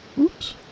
Oops